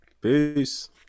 Peace